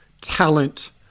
talent